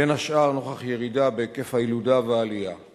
בין השאר נוכח ירידה בהיקף הילודה ובהיקף העלייה.